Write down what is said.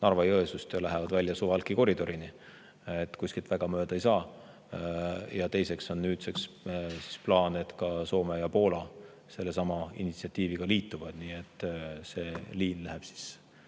Narva-Jõesuust ja lähevad välja Suwałki koridorini. Kuskilt väga mööda ei saa. Ja teiseks on nüüdseks plaan, et ka Soome ja Poola liituvad selle initsiatiiviga. Nii et see liin läheb Norra